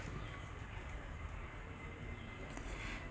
and